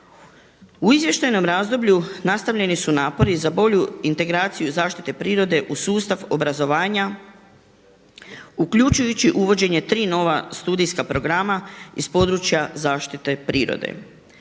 U izvještajnom razdoblju nastavljeni su napori za bolju integraciju zaštite prirode u sustav obrazovanja uključujući uvođenje tri nova studijska programa iz područja zaštite prirode.